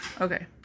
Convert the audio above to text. Okay